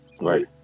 Right